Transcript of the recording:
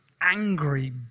angry